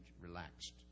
relaxed